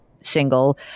single